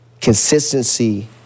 consistency